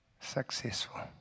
successful